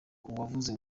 uwavuze